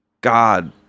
god